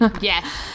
Yes